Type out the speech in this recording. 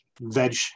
veg